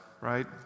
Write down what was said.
right